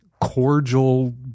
cordial